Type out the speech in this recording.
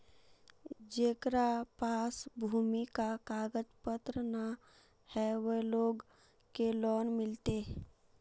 जेकरा पास भूमि का कागज पत्र न है वो लोग के लोन मिलते?